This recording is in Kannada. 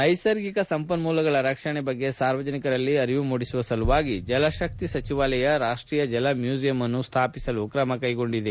ನ್ಟೆಸರ್ಗಿಕ ಸಂಪನ್ಮೂಲಗಳ ರಕ್ಷಣೆ ಬಗ್ಗೆ ಸಾರ್ವಜನಿಕರಲ್ಲಿ ಅರಿವು ಮೂಡಿಸುವ ಸಲುವಾಗಿ ಜಲಶಕ್ತಿ ಸಚಿವಾಲಯ ರಾಷ್ಟೀಯ ಜಲ ಮ್ಯೂಸಿಯಂ ಅನ್ನು ಸ್ಥಾಪಿಸಲು ಕ್ರಮ ಕೈಗೊಂಡಿದೆ